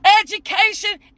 education